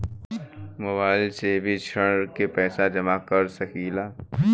Mobile से भी ऋण के पैसा जमा कर सकी ला?